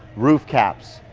roof caps,